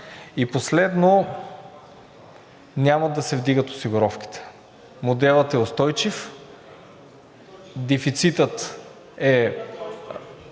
И последно, няма да се вдигат осигуровките. Моделът е устойчив. (Реплики от